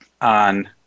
on